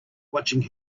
watching